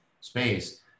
space